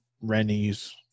Rennies